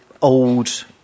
old